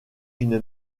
une